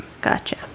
gotcha